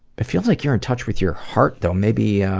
it feels like you're in touch with your heart, though. maybe yeah